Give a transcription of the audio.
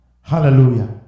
Hallelujah